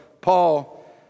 Paul